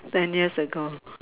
ten years ago